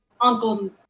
Uncle